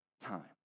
time